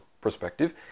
perspective